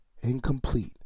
incomplete